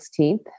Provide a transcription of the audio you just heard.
16th